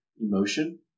emotion